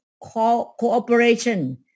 cooperation